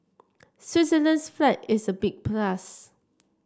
Switzerland's flag is a big plus